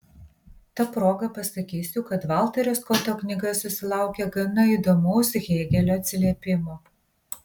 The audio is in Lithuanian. ta proga pasakysiu kad valterio skoto knyga susilaukė gana įdomaus hėgelio atsiliepimo